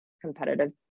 competitive